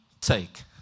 take